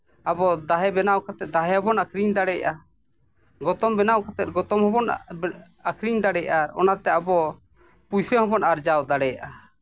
ᱟᱵᱚ ᱫᱟᱦᱮ ᱵᱮᱱᱟᱣ ᱠᱟᱛᱮᱫ ᱫᱟᱦᱮ ᱦᱚᱸ ᱵᱚᱱ ᱟᱹᱠᱷᱨᱤᱧ ᱫᱟᱲᱮᱭᱟᱜᱼᱟ ᱜᱚᱛᱚᱢ ᱵᱮᱱᱟᱣ ᱠᱟᱛᱮᱫ ᱜᱚᱛᱚᱢ ᱦᱚᱸ ᱵᱚᱱ ᱵᱮᱱᱟᱣ ᱟᱹᱠᱷᱨᱤᱧ ᱫᱟᱲᱮᱭᱟᱜᱼᱟ ᱚᱱᱟᱛᱮ ᱟᱵᱚ ᱯᱩᱭᱥᱟᱹ ᱦᱚᱸ ᱵᱚᱱ ᱟᱨᱡᱟᱣ ᱫᱟᱲᱮᱭᱟᱜᱼᱟ